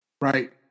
Right